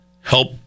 help